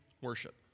worship